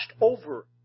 over